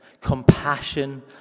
compassion